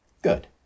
Good